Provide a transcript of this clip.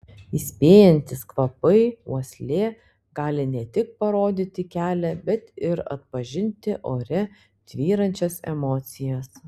įspėjantys kvapai uoslė gali ne tik parodyti kelią bet ir atpažinti ore tvyrančias emocijas